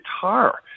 guitar